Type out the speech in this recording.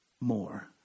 more